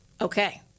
Okay